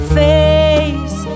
face